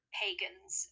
pagans